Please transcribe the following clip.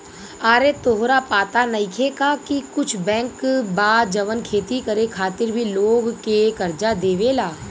आरे तोहरा पाता नइखे का की कुछ बैंक बा जवन खेती करे खातिर भी लोग के कर्जा देवेला